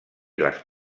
les